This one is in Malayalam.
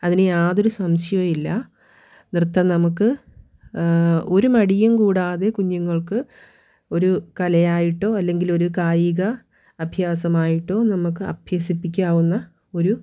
അതിന് യാതൊരു സംശയോം ഇല്ല നൃത്തം നമുക്ക് ഒരു മടിയും കൂടാതെ കുഞ്ഞുങ്ങൾക്ക് ഒരു കലയായിട്ടോ അല്ലെങ്കിൽ ഒരു കായിക അഭ്യാസമായിട്ടോ നമുക്ക് അഭ്യസിപ്പിക്കാവുന്ന ഒരു